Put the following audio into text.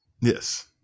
yes